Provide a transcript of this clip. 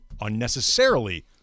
unnecessarily